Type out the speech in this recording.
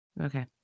Okay